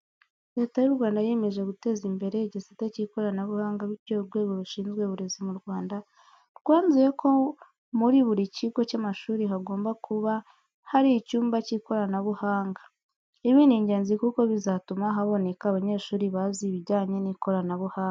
Leta y'u Rwanda yiyemeje guteza imbere igisate cy'ikoranabuhanga bityo Urwego rushizwe Uburezi mu Rwanda rwanzuye ko muri buri kigo cy'amashuri hagomba buka hari icyumba k'ikoranabuhanga. Ibi ni ingenzi kuko bizatuma haboneka abanyeshuri bazi ibijyanye n'ikoranabuhanga.